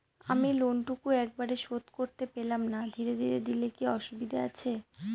আমি লোনটুকু একবারে শোধ করতে পেলাম না ধীরে ধীরে দিলে কি অসুবিধে আছে?